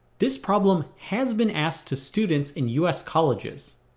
this problem has been asked to students in us colleges.